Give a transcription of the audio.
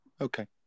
Okay